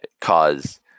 cause